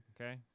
Okay